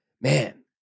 man